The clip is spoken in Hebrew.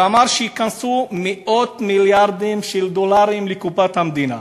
ואמר שבזכותו ייכנסו מאות מיליארדים של דולרים לקופת המדינה,